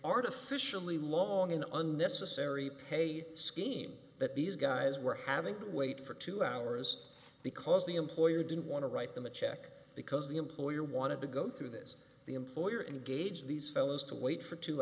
artificially long and unnecessary pay scheme that these guys were having to wait for two hours because the employer didn't want to write them a check because the employer wanted to go through this the employer engage these fellows to wait for two